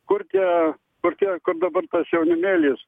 kur tie kur tie kur dabar tas jaunimėlis